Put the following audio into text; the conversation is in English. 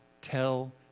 tell